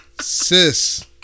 Sis